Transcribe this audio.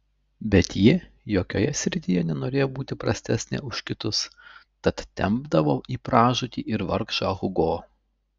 bet ji jokioje srityje nenorėjo būti prastesnė už kitus tad tempdavo į pražūtį ir vargšą hugo